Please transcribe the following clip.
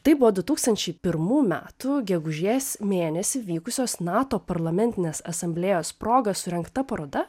taip buvo du tūkstančia pirmų metų gegužės mėnesį vykusios nato parlamentinės asamblėjos proga surengta paroda